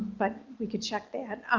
but we could check that.